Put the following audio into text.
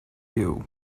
you